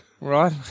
Right